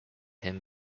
him